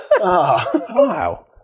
Wow